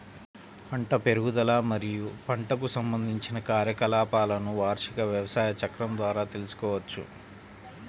పంట పెరుగుదల మరియు పంటకు సంబంధించిన కార్యకలాపాలను వార్షిక వ్యవసాయ చక్రం ద్వారా తెల్సుకోవచ్చు